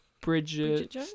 Bridget